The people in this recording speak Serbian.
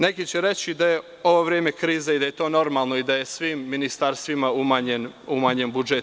Neki će reći da je ovo vreme krize i da je to normalno i da je svim ministarstvima umanjen budžet.